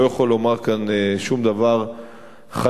אני לא יכול לומר כאן שום דבר חדש,